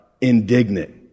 indignant